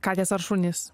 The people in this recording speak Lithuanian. katės ar šunys